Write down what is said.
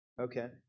Okay